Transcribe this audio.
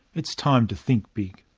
it's time to think big.